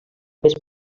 més